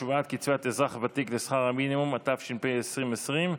השוואת קצבת אזרח ותיק לשכר המינימום) התש"ף 2020,